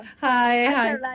hi